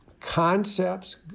concepts